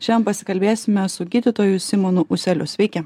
šian pasikalbėsime su gydytoju simonu ūseliu sveiki